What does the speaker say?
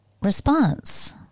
response